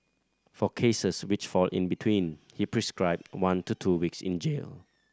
for cases which fall in between he prescribed one to two weeks in jail